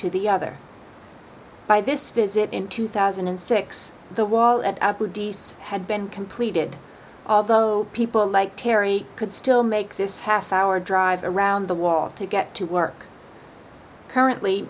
to the other by this visit in two thousand and six the wall at abu d s had been completed although people like terry could still make this half hour drive around the wall to get to work currently